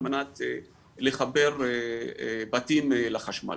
על מנת לחבר בתים לחשמל.